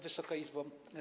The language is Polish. Wysoka Izbo!